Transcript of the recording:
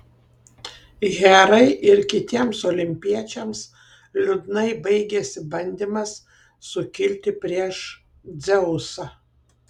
herai ir kitiems olimpiečiams liūdnai baigėsi bandymas sukilti prieš dzeusą